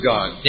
God